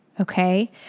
Okay